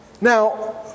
Now